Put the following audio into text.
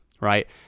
right